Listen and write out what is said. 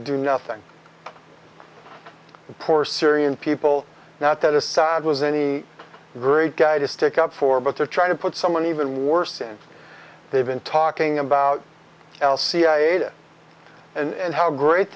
do nothing poor syrian people not that assad was any great guy to stick up for but they're trying to put someone even worse since they've been talking about l cia tit and how great